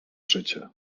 życie